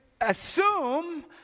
assume